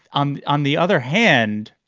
um on the other hand.